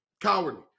Cowardly